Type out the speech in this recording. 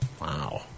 Wow